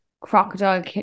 crocodile